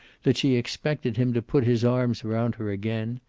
that she expected him to put his arms around her again,